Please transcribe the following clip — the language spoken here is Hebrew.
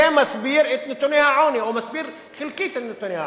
זה מסביר חלקית את נתוני העוני.